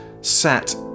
sat